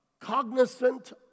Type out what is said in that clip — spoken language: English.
cognizant